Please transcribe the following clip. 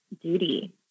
duty